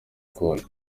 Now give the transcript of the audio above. cool